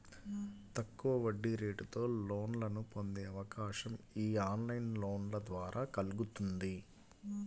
తక్కువ వడ్డీరేటుతో లోన్లను పొందే అవకాశం యీ ఆన్లైన్ లోన్ల ద్వారా కల్గుతుంది